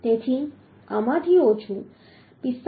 તેથી આમાંથી ઓછું 45